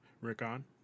Rickon